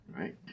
right